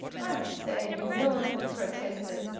i say you know he protested.